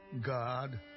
God